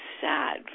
sad